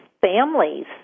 families